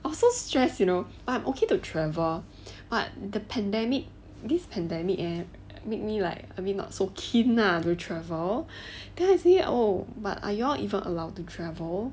I also stress you know I'm okay to travel but the pandemic this pandemic and make me like not so keen to travel then I say oh but are you all even allowed to travel